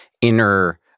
inner